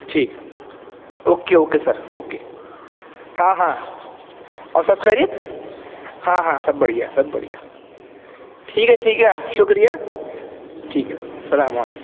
ٹھیک ہے okay okay sir okay ہاں ہاں اور سب خیریت ہاں ہاں سب بڑھیا سب بڑھیا ٹھیک ہے ٹھیک ہے شکریہ ٹھیک ہے اسلام و علیکم